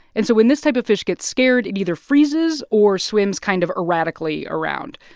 and so when this type of fish gets scared, it either freezes or swims kind of erratically around.